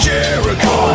Jericho